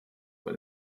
bei